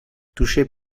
touché